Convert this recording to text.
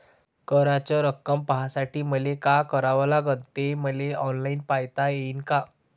कराच रक्कम पाहासाठी मले का करावं लागन, ते मले ऑनलाईन पायता येईन का?